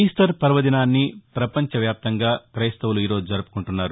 Easter పర్వదినాన్ని పపంచవ్యాప్తంగా క్రెస్తవులు ఈ రోజు జరుపుకుంటున్నారు